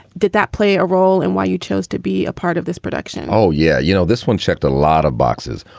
did that play a role in why you chose to be a part of this production? oh, yeah. you know, this one checked a lot of boxes.